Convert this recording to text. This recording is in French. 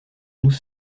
nous